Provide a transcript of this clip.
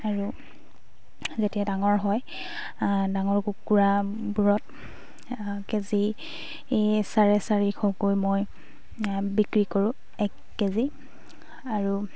আৰু যেতিয়া ডাঙৰ হয় ডাঙৰ কুকুৰাবোৰত কেজি চাৰে চাৰিশকৈ মই বিক্ৰী কৰোঁ এক কেজি আৰু